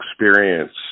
experience